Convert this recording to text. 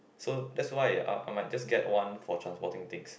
so that's why I'll I might just get one for transporting things